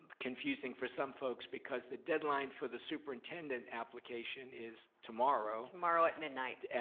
confusing for some folks because the deadline for the superintendent application is tomorrow. tomorrow at midnight.